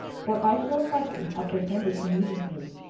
for i shall have him apprehended immediately!